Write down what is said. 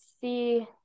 see